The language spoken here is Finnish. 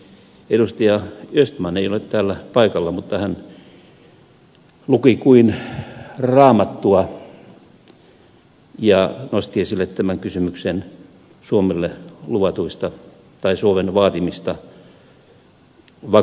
edustaja östman ei ole täällä paikalla mutta hän luki kuin raamattua ja nosti esille tämän kysymyksen suomen vaatimista vakuuksista